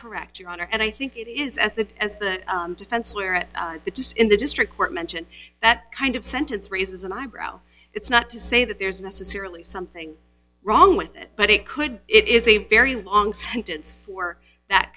correct your honor and i think it is as the as the defense where at the just in the district court mention that kind of sentence raises an eyebrow it's not to say that there's necessarily something wrong with it but it could it is a very long